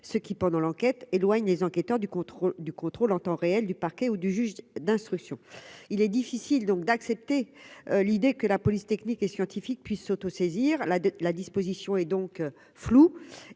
ce qui pendant l'enquête, éloigne les enquêteurs du contrôle du contrôle en temps réel du parquet ou du juge d'instruction, il est difficile donc d'accepter l'idée que la police technique et scientifique puisse s'auto-saisir la de la disposition et donc flou